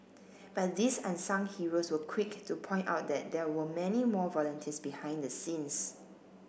but these unsung heroes were quick to point out that there were many more volunteers behind the scenes